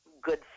good